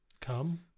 come